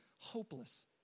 hopeless